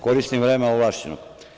Koristim vreme ovlašćenog.